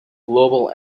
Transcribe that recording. global